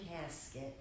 casket